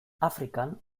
afrikan